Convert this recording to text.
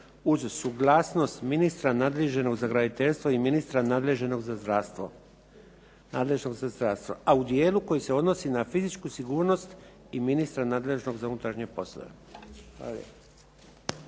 uz suglasnost ministra nadležnog za graditeljstvo i ministra nadležnog za zdravstvo, a u dijelu koji se odnosi na fizičku sigurnost i ministra nadležnog za unutarnje poslove.